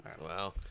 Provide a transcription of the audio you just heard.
Wow